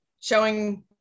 showing